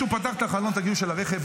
מישהו פתח את החלון של הרכב,